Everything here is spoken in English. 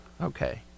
Okay